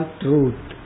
truth